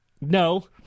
No